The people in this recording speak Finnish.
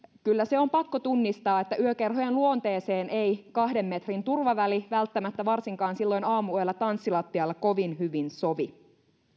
kyllä se on pakko tunnistaa että yökerhojen luonteeseen ei kahden metrin turvaväli välttämättä varsinkaan silloin aamuyöllä tanssilattialla kovin hyvin sovi